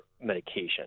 medication